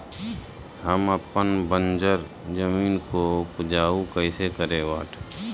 हम अपन बंजर जमीन को उपजाउ कैसे करे?